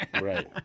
Right